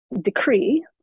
decree